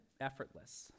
effortless